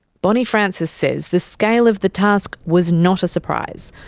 bonny francis says the scale of the task was not a surprise,